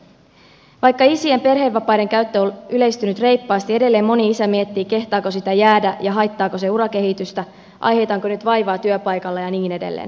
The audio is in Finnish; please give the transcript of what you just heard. vaikka isien perhevapaiden käyttö on yleistynyt reippaasti edelleen moni isä miettii kehtaako sitä jäädä ja haittaako se urakehitystä aiheutanko nyt vaivaa työpaikalla ja niin edelleen